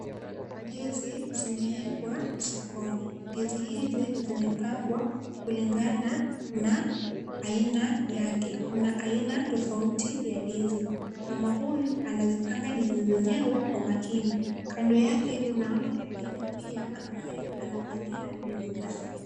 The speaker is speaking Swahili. Ndizi zimeekwa sokoni. Ndizi hizi zimepangwa kulingana na aina yake. Kuna aina tofauti ya ndizi. Mama huyu anazipanga ndizi zenyewe kwa makini. Kando yake kuna mama mwingine pia ambaye anapangia ndizi zake.